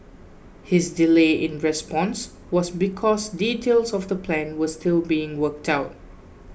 his delay in response was because details of the plan were still being worked out